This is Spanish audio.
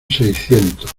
seiscientos